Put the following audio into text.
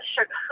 Sugar